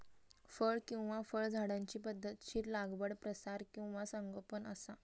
फळ किंवा फळझाडांची पध्दतशीर लागवड प्रसार किंवा संगोपन असा